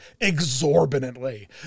exorbitantly